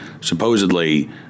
supposedly